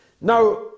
Now